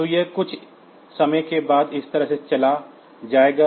तो यह कुछ समय के बाद इस तरह से चला जाएगा